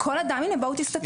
הנה, בואו תסתכלו.